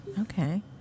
Okay